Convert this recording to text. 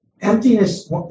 emptiness